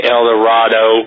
Eldorado